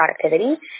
productivity